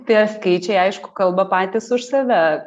tie skaičiai aišku kalba patys už save